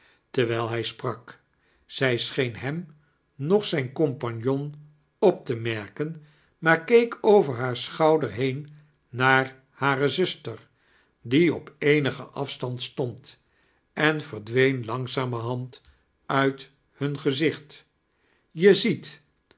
terwijl hij sprak zij scheen hem noeh zijn compagnon op te mea-ken maar keek over haar schouder been naar hare zuster die op eenigen af stand stond en veordween langzamerhand uit hun gezicht je ziet